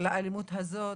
לאלימות הזאת?